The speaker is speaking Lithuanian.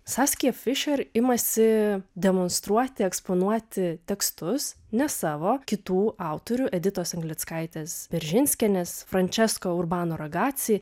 saskija fišer imasi demonstruoti eksponuoti tekstus ne savo kitų autorių editos anglickaitės beržinskienės frančesko urbano ragaci